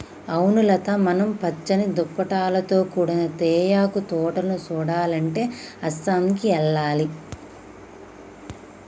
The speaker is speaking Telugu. అవును లత మనం పచ్చని దుప్పటాలతో కూడిన తేయాకు తోటలను సుడాలంటే అస్సాంకి ఎల్లాలి